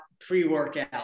pre-workout